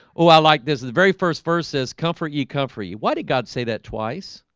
oh i like this is the very first verse says comfort you come free you why did god say that twice?